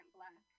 Black